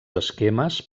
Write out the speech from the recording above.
esquemes